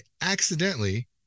accidentally